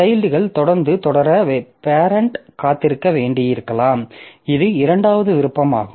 சைல்ட்கள் தொடர்ந்து தொடர பேரெண்ட் காத்திருக்க வேண்டியிருக்கலாம் இது இரண்டாவது விருப்பமாகும்